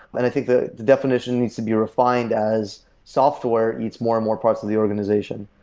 i think the definition need to be refined as software eats more and more parts of the organization.